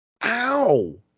Ow